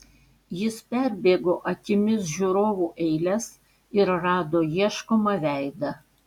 jis perbėgo akimis žiūrovų eiles ir rado ieškomą veidą